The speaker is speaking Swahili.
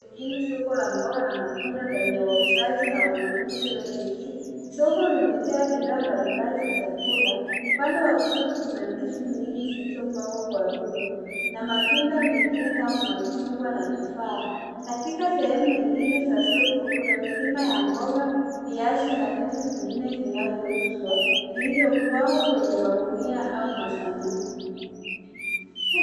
Pengine soko la mboga na matunda lenye wauzaji na wanunuzi wengi. Soko limejaa bidhaa mbalimbali za chakula. Upande wa kushoto kuna ndizi nyingi zilizopangwa kwa rundo na matunda mengine kama machungwa na tufaa. Katika sehemu zingine za soko, kuna milima ya mboga, viazi na vitu vingine vinavyouzwa vilivyopangwa kwenye magunia au masanduku.